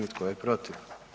I tko je protiv?